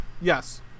Yes